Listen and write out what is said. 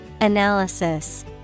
Analysis